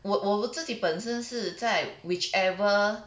我我自己本身是在 whichever